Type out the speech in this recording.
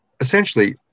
Essentially